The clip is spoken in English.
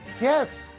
Yes